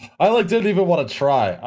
ah ah didn't even want to try.